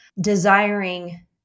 desiring